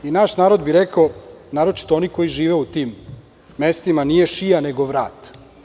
Naš narod bi rekao, naročito oni koji žive u tim mestima, nije šija, nego vrat.